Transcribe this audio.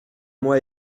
mois